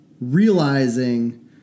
realizing